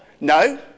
No